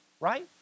right